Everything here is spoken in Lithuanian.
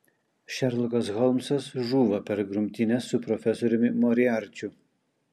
šerlokas holmsas žūva per grumtynes su profesoriumi moriarčiu